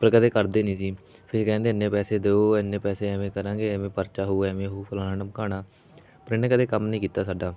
ਪਰ ਕਦੇ ਕਰਦੇ ਨਹੀਂ ਸੀ ਫਿਰ ਕਹਿੰਦੇ ਇੰਨੇ ਪੈਸੇ ਦਿਓ ਇੰਨੇ ਪੈਸੇ ਐਵੇਂ ਕਰਾਂਗੇ ਐਵੇਂ ਪਰਚਾ ਹੋਊ ਐਵੇਂ ਹੋਊ ਫਲਾਣਾ ਟਮਕਾਣਾ ਪਰ ਇਹਨੇ ਕਦੇ ਕੰਮ ਨਹੀਂ ਕੀਤਾ ਸਾਡਾ